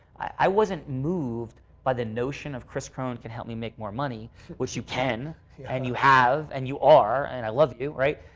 i wasn't moved by the notion of kris krohn can help me make more money which you can and you have and you are and i love you, right?